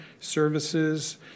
services